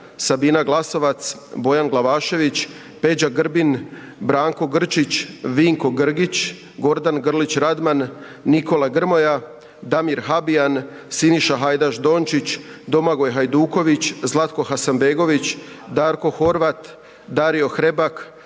Sabina Glasovac, Bojan Glavašević, Peđa Grbin, Branko Grčić, Vinko Grgić, Gordan Grlić Radman, Nikola Grmoja, Damir Habijan, Siniša Hajdaš Dončić, Domagoj Hajduković, Zlatko Hasanbegović, Darko Horvat, Dario Hrebak,